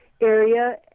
area